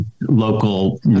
local